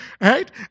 right